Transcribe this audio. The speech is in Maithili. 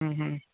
ह्म्म ह्म्म